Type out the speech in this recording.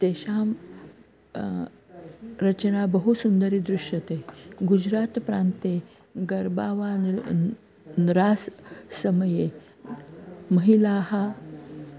तेषां रचना बहु सुन्दरी दृश्यते गुजरात्प्रान्ते गर्बावान् न्रास् समये महिलाः